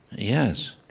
yes.